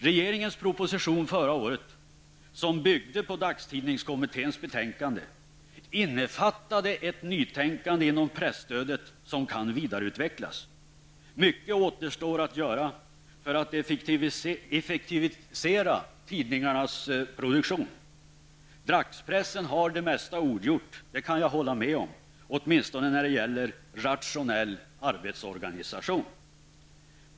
Regeringens proposition förra året som byggde på dagstidningskommitténs betänkande innefattade ett nytänkande inom presstödet som kan vidareutvecklas. Mycket återstår att göra för att effektivisera tidningarnas produktion. Dagspressen har det mesta ogjort, det kan jag hålla med om, åtminstone när det gäller rationell arbetsorganisation.